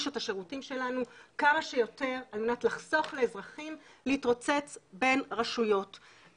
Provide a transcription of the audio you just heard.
את השירותים שלנו כמה שיותר על מנת לחסוך לאזרחים להתרוצץ בין רשויות.